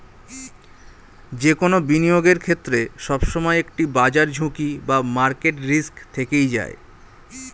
যে কোনো বিনিয়োগের ক্ষেত্রে, সবসময় একটি বাজার ঝুঁকি বা মার্কেট রিস্ক থেকেই যায়